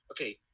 Okay